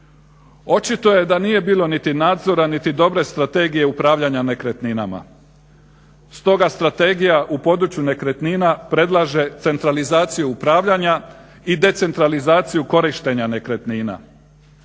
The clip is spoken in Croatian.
Očito je da nije bilo niti nadzora niti dobre Strategije upravljanja nekretninama. Stoga strategija u području nekretnina predlaže centralizaciju upravljanja i decentralizaciju korištenja nekretnina.